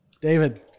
David